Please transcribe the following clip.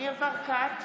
ניר ברקת,